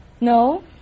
No